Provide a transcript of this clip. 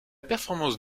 performance